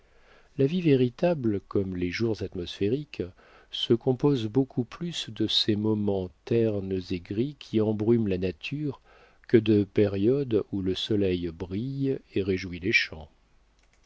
la vie véritable comme les jours atmosphériques se compose beaucoup plus de ces moments ternes et gris qui embrument la nature que de périodes où le soleil brille et réjouit les champs